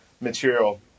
material